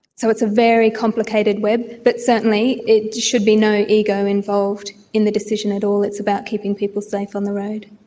so it's a very complicated web. but certainly it should be no ego involved in the decision at all, it's about keeping people safe on the road.